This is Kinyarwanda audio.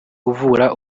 uvura